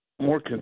more